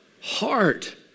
heart